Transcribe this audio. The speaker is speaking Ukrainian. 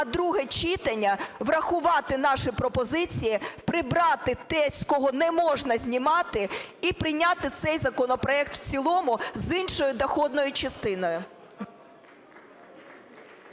а друге читання врахувати наші пропозиції, прибрати те, з кого не можна знімати, і прийняти цей законопроект в цілому з іншою доходною частиною.